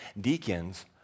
Deacons